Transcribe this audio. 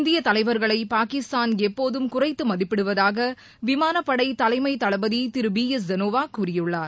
இந்திய தலைவர்களை பாகிஸ்தான் எப்போதும் குறைத்து மதிப்பிடுவதாக விமானப்படை தலைமை தளபதி திரு பி எஸ் தனோவா கூறியுள்ளார்